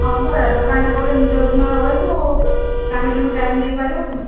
ହଁ ପରା ଦୋକାନଟେ କଲେ ନିଜ ଅଧୀନରେ ରହିବୁ ଫ୍ୟାମିଲକୁ ବି ଟାଇମ୍ ଦେଇପାରିବୁ